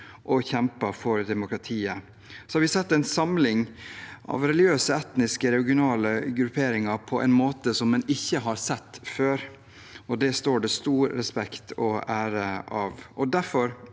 og kjemper for demokratiet. Vi har sett en samling av religiøse, etniske og regionale grupperinger på en måte som en ikke har sett før. Det står det stor respekt og ære av. Derfor